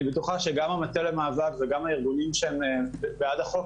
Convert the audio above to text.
בטוחה שגם המטה למאבק וגם הארגונים שהם בעד החוק,